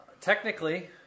Technically